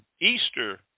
easter